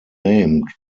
named